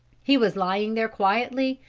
he was lying there quietly,